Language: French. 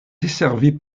desservie